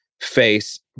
face